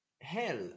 Hell